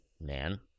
man